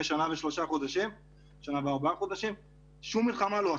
שנה וארבעה חודשים שום מלחמה לא עשתה.